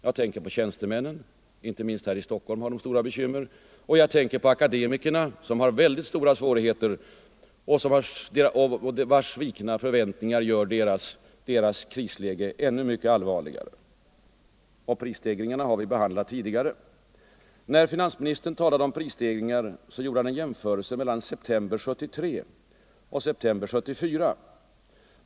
Jag tänker på tjänstemännen, som inte minst här i Stockholm har stora bekymmer, och på akademikerna som har stora svårigheter och vilkas svikna förväntningar gör deras krisläge ännu allvarligare. Prisstegringarna har vi behandlat tidigare. När finansministern talade om prisstegringar gjorde han en jämförelse mellan september 1973 och september 1974.